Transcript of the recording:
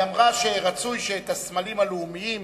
היא אמרה שרצוי שאת הסמלים הלאומיים,